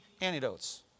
antidotes